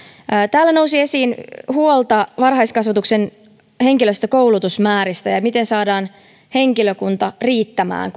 täällä nousi esiin huolta varhaiskasvatuksen henkilöstökoulutusmääristä ja siitä miten saadaan henkilökunta riittämään